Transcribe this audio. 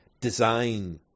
design